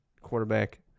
quarterback